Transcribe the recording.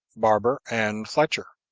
barber and fletcher.